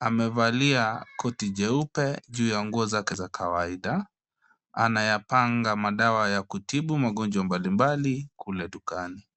Amevalia koti jeupe juu ya nguo zake za kawaida. Anayapanga madawa ya kutibu magonjwa mbalimbali kule dukani.